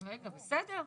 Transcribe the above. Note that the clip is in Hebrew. רגע, בסדר.